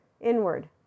inward